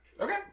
Okay